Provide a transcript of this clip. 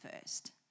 first